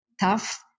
tough